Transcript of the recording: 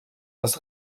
das